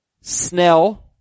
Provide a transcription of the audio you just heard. Snell